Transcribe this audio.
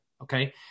okay